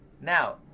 Now